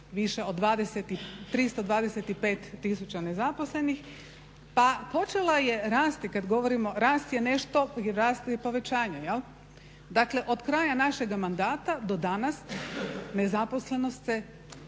više od 325 tisuća nezaposlenih. Pa počela je rasti, kad govorimo rast je nešto i rast je povećanje jel'. Dakle, od kraja našega mandata do danas nezaposlenost se